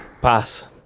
Pass